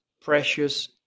precious